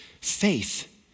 Faith